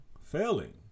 Failing